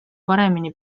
paremini